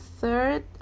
third